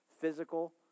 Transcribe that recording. physical